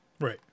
Right